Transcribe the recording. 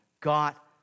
got